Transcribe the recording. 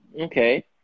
Okay